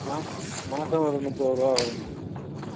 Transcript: மா மாதம் ஒரு முப்பது ரூபா வருங்க மேடம்